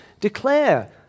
declare